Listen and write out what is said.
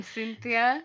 Cynthia